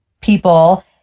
people